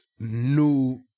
New